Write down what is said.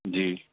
جی